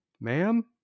ma'am